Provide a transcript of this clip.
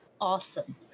Awesome